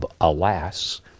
Alas